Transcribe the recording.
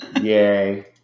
Yay